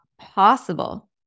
possible